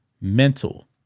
mental